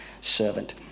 servant